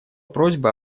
просьба